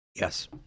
yes